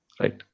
right